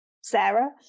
Sarah